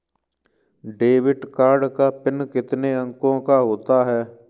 Debit card का pin कितने अंकों का होता है?